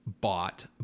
bought